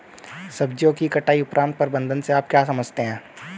सब्जियों की कटाई उपरांत प्रबंधन से आप क्या समझते हैं?